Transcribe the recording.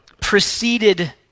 preceded